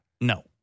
No